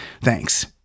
Thanks